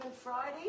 Friday